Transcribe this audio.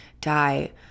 die